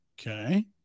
Okay